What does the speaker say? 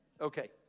Okay